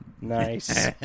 Nice